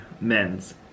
Men's